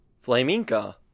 Flamenco